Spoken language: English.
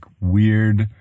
weird